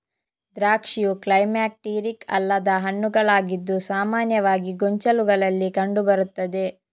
ದ್ರಾಕ್ಷಿಯು ಕ್ಲೈಮ್ಯಾಕ್ಟೀರಿಕ್ ಅಲ್ಲದ ಹಣ್ಣುಗಳಾಗಿದ್ದು ಸಾಮಾನ್ಯವಾಗಿ ಗೊಂಚಲುಗಳಲ್ಲಿ ಕಂಡು ಬರುತ್ತದೆ